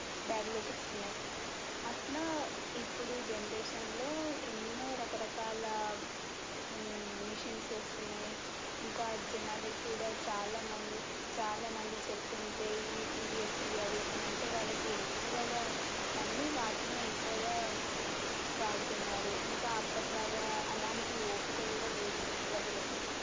బ్యాగులోకి వస్తున్నాయి అట్లా ఇప్పుడు జనరేషన్లో ఎన్నో రకరకాల మిషిన్స్ వస్తున్నాయి ఇంకా జనాలకి కూడా చాలా మంది చాలా మంది చెప్తుంటే ఇది వచ్చింది అది వచ్చింది అంటే వాళ్ళకి ఎక్కువగా నమ్మి వాటినే ఎక్కువగా వాడుతున్నారు ఇంకా అప్పటి లాగా అలాంటి ఓపిక కూడా లేదు ప్రజలకి